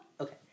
okay